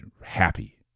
Happy